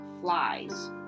flies